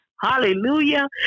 Hallelujah